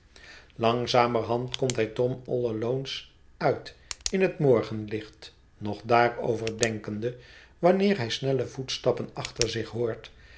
langzamerhand komt hij tom all alones uit in het morgenlicht nog daarover denkende wanneer hij snelle voetstappen achter zich hoort